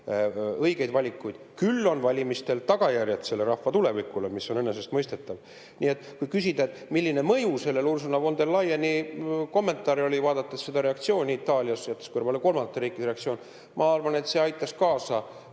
õigeid valikuid. Küll on valimistel tagajärjed selle rahva tulevikule, mis on enesestmõistetav. Kui küsida, milline mõju sellel Ursula von der Leyeni kommentaaril oli, vaadates seda reaktsiooni Itaalias, jättes kõrvale kolmandate riikide reaktsiooni, ma arvan, et see aitas kaasa